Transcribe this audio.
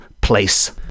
place